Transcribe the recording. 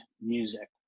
music